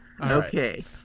Okay